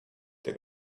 der